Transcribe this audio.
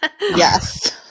Yes